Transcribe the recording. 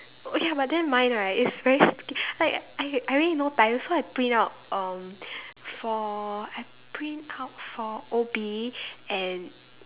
okay ah but then mine right is very stupid like I I already no time so I print out um for I print out for O B and